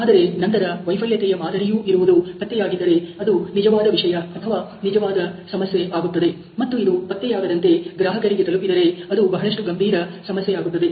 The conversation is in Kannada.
ಆದರೆ ನಂತರ ವೈಫಲ್ಯತೆಯ ಮಾದರಿಯೂ ಇರುವುದು ಪತ್ತೆಯಾಗಿದ್ದರೆ ಅದು ನಿಜವಾದ ವಿಷಯ ಅಥವಾ ನಿಜವಾದ ಸಮಸ್ಯೆ ಆಗುತ್ತದೆ ಮತ್ತು ಇದು ಪತ್ತೆಯಾಗದಂತೆ ಗ್ರಾಹಕರಿಗೆ ತಲುಪಿದರೆ ಅದು ಬಹಳಷ್ಟು ಗಂಭೀರ ಸಮಸ್ಯೆಯಾಗುತ್ತದೆ